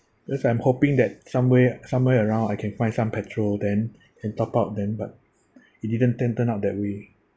because I'm hoping that somewhere somewhere around I can find some petrol then and top up then but it didn't turn turn out that way